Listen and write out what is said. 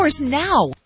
Now